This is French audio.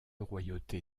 royauté